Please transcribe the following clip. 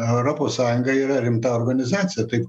europos sąjunga yra rimta organizacija taip